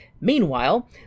Meanwhile